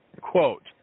quote